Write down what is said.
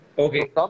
Okay